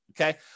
okay